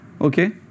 Okay